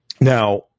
Now